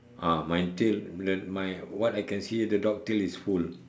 ah my tail the my what I can see the dog tail is full